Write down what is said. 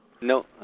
No